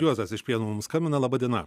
juozas iš vieno mums skambina laba diena